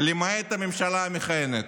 למעט הממשלה המכהנת.